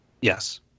Yes